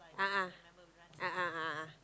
a'ah a'ah a'ah